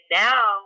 now